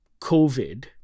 covid